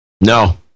No